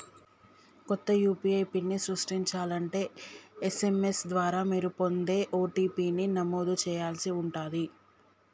కొత్త యూ.పీ.ఐ పిన్ని సృష్టించాలంటే ఎస్.ఎం.ఎస్ ద్వారా మీరు పొందే ఓ.టీ.పీ ని నమోదు చేయాల్సి ఉంటాది